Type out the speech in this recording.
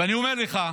ואני אומר לך,